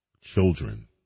children